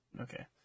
Okay